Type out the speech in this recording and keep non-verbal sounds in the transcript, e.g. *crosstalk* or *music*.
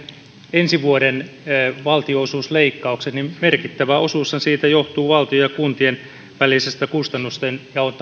ensi vuoden valtionosuusleikkaukseen merkittävä osuushan siitä johtuu valtion ja kuntien välisestä kustannustenjaon *unintelligible*